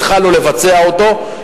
התחלנו לבצע אותו,